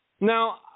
Now